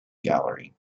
gallery